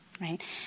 Right